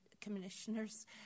commissioners